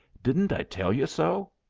didn't i tell you so?